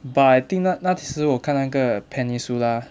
but I think 那那时我看那个 peninsula